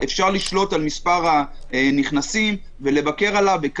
אפשר לשלוט על מספר הנכנסים ולבקר עליו,